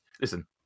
Listen